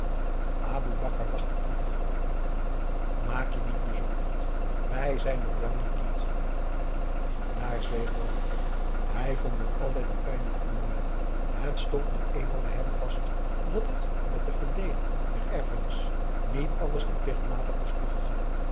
aboe bakar lachte goedig maak je niet bezorgd wij zijn nog lang niet quite daar zweeg bram op hij vond het altijd een pijnlijk onderwerp het stond nu eenmaal bij hem vast dat het met de verdeeling der erfenis niet anders dan plichtmatig was toegegaan